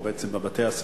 או בעצם בבתי-הספר.